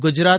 Gujarat